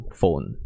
phone